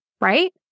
right